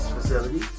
facility